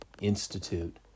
Institute